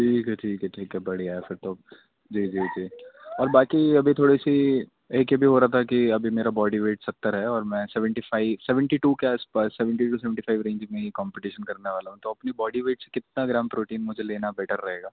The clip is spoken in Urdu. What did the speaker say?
ٹھیک ہے ٹھیک ہے ٹھیک ہے بڑھیا پھر تو جی جی جی اور باقی ابھی تھوڑی سی ایک یہ بھی ہو رہا تھا کہ اب میرا بوڈی ویٹ ستر ہے اور میں سیونٹی فائیو سیونٹی ٹو کے آس پاس سیونٹی سیونٹی فائیو رینج میں کمپٹیشن کرنے والا ہوں تو اپنی باڈی ویٹ سے کتنا گرام پروٹین مجھ لین بیٹر رہے گا